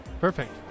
perfect